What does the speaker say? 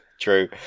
True